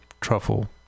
truffle